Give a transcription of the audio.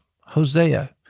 Hosea